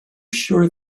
sure